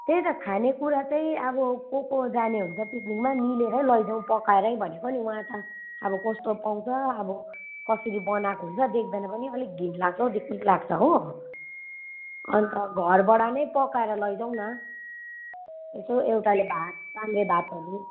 त्यही त खाने कुरा चाहिँ अब को को जाने हुन्छ पिकनिकमा मिलेर लैजाउँ पकाएरै भनेको नि वहाँ त अब कस्तो पाउँछ अब कसरी बनाएको हुन्छ देख्दैन पनि अलिक घिन लाग्छौ दिकमिक लाग्छ हो अन्त घरबाट नै पकाएर लैजाउँ न यसो एउटाले भात चाम्रे भातहरू